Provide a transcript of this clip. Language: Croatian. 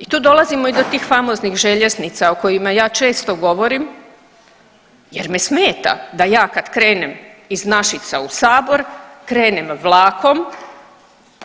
I tu dolazimo i do tih famoznih željeznica o kojima ja često govorim, jer me smeta da ja kad krenem iz Našica u Sabor krenem vlakom